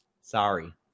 sorry